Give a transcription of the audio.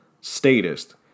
statist